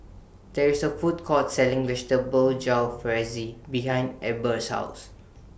There IS A Food Court Selling Vegetable Jalfrezi behind Eber's House